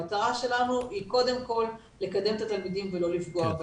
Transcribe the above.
המטרה שלנו היא קודם כל לקדם את התלמידים ולא לפגוע בהם,